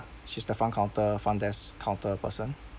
she's the front counter front desk counter person